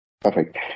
Perfect